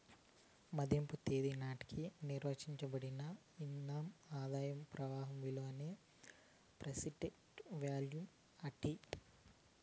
మదింపు తేదీ నాటికి నిర్వయించబడిన ఇన్కమ్ ఆదాయ ప్రవాహం విలువనే ప్రెసెంట్ వాల్యూ అంటీ